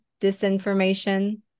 disinformation